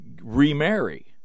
remarry